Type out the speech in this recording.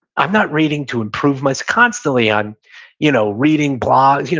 i'm not reading to improve my, constantly, i'm you know reading blogs, you know